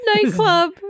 nightclub